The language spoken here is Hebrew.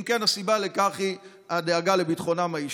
אם כן, הסיבה לכך היא הדאגה לביטחונם האישי?